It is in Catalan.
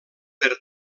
per